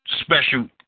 special